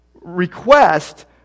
request